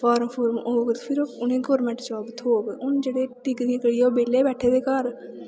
form फूर्म होग ते फिर उ'नेंगी गौरमैंट जॉब बी थ्होग हून जेह्ड़े डिग्रियां करियै ओह् बेह्ले बैठे दे घर